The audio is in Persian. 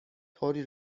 طوری